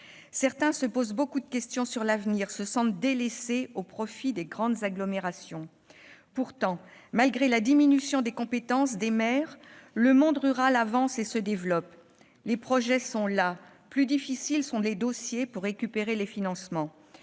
eux se posent beaucoup de questions sur l'avenir et se sentent délaissés au profit des grandes agglomérations. Pourtant, malgré la diminution des compétences des maires, le monde rural avance et se développe. Les projets sont là, mais les dossiers pour obtenir des financements